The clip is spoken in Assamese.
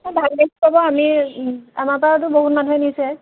ভাল গাখীৰ পাব আমি আমাৰ পৰাতো বহুত মানুহে নিছে